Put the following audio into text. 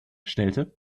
stellte